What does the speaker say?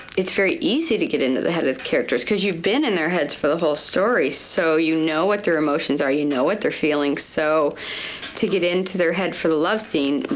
it's very easy to get into the head of the characters cause you've been in their heads for the whole story, so you know what their emotions are, you know what they're feeling, so to get into their head for the love scene,